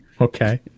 okay